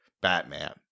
Batman